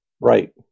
right